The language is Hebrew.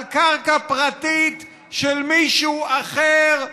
על קרקע פרטית של מישהו אחר,